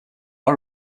are